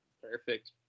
Perfect